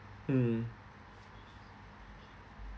mm